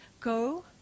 go